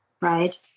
right